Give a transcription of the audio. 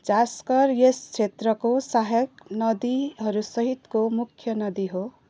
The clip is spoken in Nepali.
झाँसकर यस क्षेत्रको सहायक नदीहरूसहितको मुख्य नदी हो